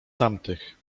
tamtych